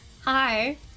Hi